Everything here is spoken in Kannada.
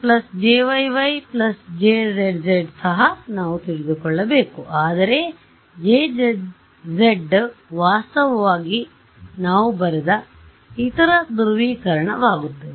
ಆದ್ದರಿಂದ J Jxxˆ Jy yˆ Jz zˆಸಹ ನಾವು ತಿಳಿದುಕೊಳ್ಳಬೇಕು ಆದರೆ Jz ವಾಸ್ತವವಾಗಿ ನಾವು ಬರೆದ ಇತರ ಧ್ರುವೀಕರಣ ವಾಗುತ್ತದೆ